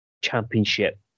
championship